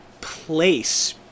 place